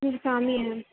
वसामि अहम्